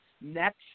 next